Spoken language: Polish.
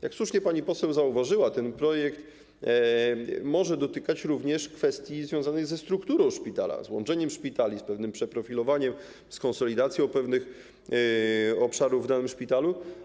Jak słusznie pani poseł zauważyła, ten projekt może dotyczyć również kwestii związanych ze strukturą szpitala, z łączeniem szpitali, z pewnym przeprofilowaniem, z konsolidacją pewnych obszarów w danym szpitalu.